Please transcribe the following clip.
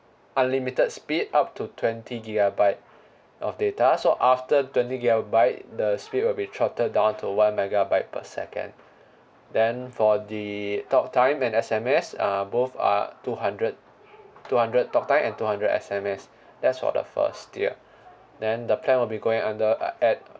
unlimited speed up to twenty gigabyte of data so after twenty gigabyte the speed will be trotted down to one megabyte per second then for the talktime and S_M_S uh both are two hundred two hundred talktime and two hundred S_M_S that's for the first year then the plan will be going under at